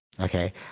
okay